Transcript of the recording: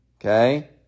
Okay